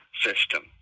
system